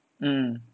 hmm